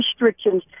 restrictions